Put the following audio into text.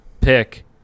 pick